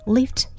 Lift